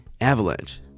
Avalanche